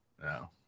No